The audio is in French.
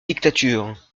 dictature